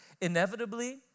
inevitably